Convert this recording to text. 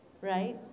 Right